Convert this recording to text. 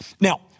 Now